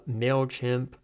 Mailchimp